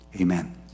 amen